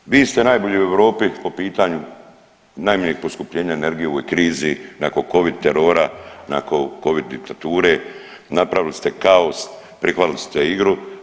Evo primjer, vi ste najbolji u Europi po pitanju najmanjeg poskupljenja energije u ovoj krizi nakon covid terora, nakon covid diktature, napravili ste kaos, prihvatili ste igru.